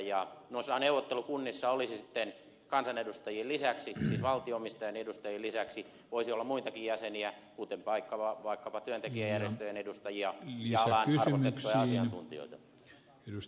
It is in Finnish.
noissa neuvottelukunnissahan voisi olla sitten kansanedustajien lisäksi siis valtio omistajan edustajien lisäksi muitakin jäseniä kuten vaikkapa työntekijäjärjestöjen edustajia ja alan arvostettuja asiantuntijoita